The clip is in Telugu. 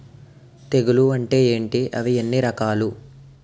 తెగులు అంటే ఏంటి అవి ఎన్ని రకాలు?